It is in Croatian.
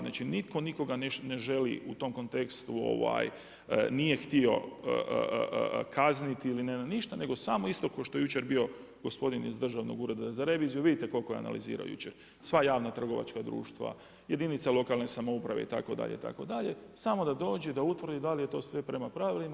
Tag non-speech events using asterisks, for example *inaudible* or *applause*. Znači nitko nikoga ne želi u tom kontekstu, nije htio kazniti ili … *unintelligible* nego samo isto, ko što je jučer bio gospodin iz Državnog ureda za reviziju, vidite koliko je analizirao jučer, sva javna trgovačka društva, jedinica lokalne samouprave, itd., itd. samo da dođe, da utvrdi, da li je to sve prema pravilima.